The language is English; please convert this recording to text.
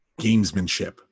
gamesmanship